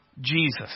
Jesus